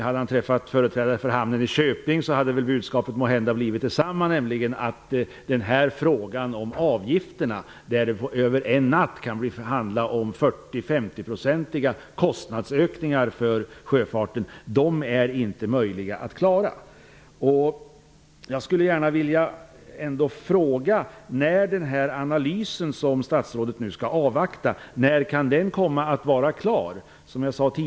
Hade han träffat företrädare för hamnen i Köping hade väl budskapet må hända blivit detsamma, nämligen att frågan om avgifterna gäller situationer med 40--50 % kost nadsökningar över en natt för sjöfarten, vilket inte kan klaras av. När kan den analys som statsrådet avvaktar vara klar?